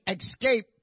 escape